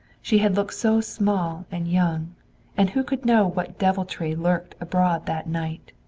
she had looked so small and young and who could know what deviltry lurked abroad that night?